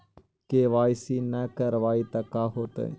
KYC न करवाई तो का हाओतै?